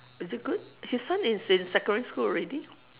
is it good his son is in secondary school already